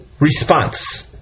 Response